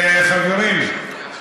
חברים, היום,